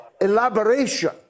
elaboration